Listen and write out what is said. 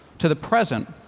to the present,